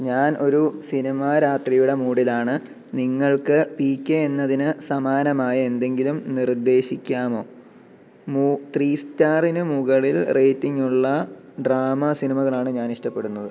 ഞാൻ ഒരു സിനിമാ രാത്രിയുടെ മൂഡിലാണ് നിങ്ങൾക്കു പി കെ എന്നതിനു സമാനമായ എന്തെങ്കിലും നിർദ്ദേശിക്കാമോ ത്രീ സ്റ്റാറിനു മുകളിൽ റേറ്റിംഗുള്ള ഡ്രാമ സിനിമകളാണ് ഞാൻ ഇഷ്ടപ്പെടുന്നത്